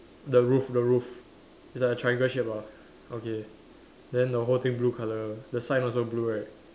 the roof the roof it's like a triangle shape lah okay then the whole thing blue colour the sign also blue right